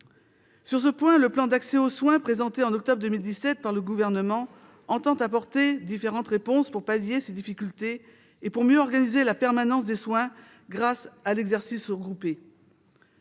Sur ce point, le plan d'accès aux soins, présenté en octobre 2017 par le Gouvernement, entend apporter différentes réponses pour pallier ces difficultés et pour mieux organiser la permanence des soins grâce à l'exercice regroupé.